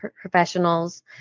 professionals